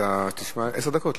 אדוני היושב-ראש,